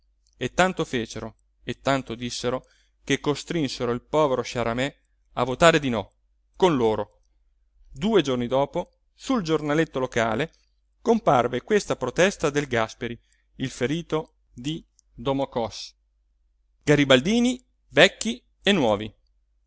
e tanto fecero e tanto dissero che costrinsero il povero sciaramè a votar di no con loro due giorni dopo sul giornaletto locale comparve questa protesta del gàsperi il ferito di domokòs riceviamo e